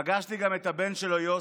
פגשתי גם את הבן שלו יוסי.